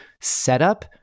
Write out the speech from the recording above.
setup